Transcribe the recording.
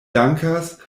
dankas